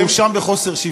ואני אואשם בחוסר שוויון.